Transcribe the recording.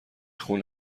خونه